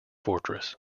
fortress